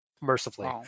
Mercifully